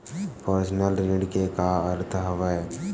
Personal ऋण के का अर्थ हवय?